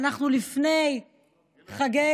אנחנו לפני חגי